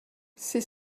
c’est